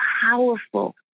powerful